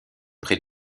près